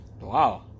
Wow